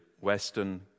Western